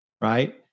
right